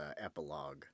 epilogue